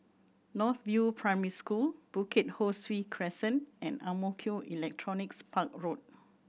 North View Primary School Bukit Ho Swee Crescent and Ang Mo Kio Electronics Park Road